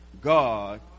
God